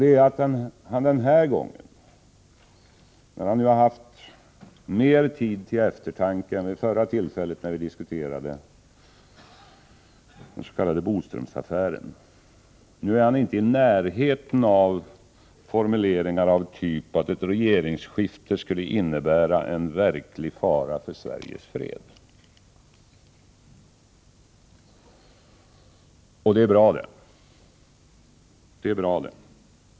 Det är att han den här gången, när han nu har haft mer tid till eftertanke än vid det förra tillfället då vi diskuterade den s.k. Bodströmaffären, inte varit i närheten av formuleringar av typen att ett regeringsskifte skulle innebära en verklig fara för Sveriges fred. Det är bra.